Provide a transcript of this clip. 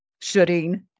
shooting